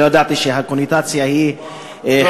לא ידעתי שהקונוטציה היא חינוכית.